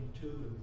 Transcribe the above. two